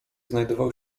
znajdował